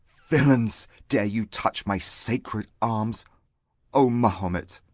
villains, dare you touch my sacred arms o mahomet!